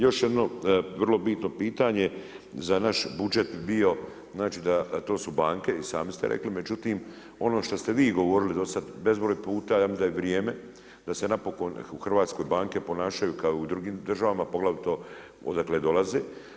Još jedna vrlo bitno pitanje za naš budžet bio, znači to su banke, i sami ste rekli, međutim, ono što ste vi govorili do sada bezbroj puta, ja mislim da je vrijeme da se napokon u Hrvatskoj banke ponašaju kao u drugim državama, poglavito odakle dolaze.